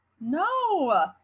No